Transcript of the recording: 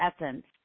essence